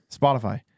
Spotify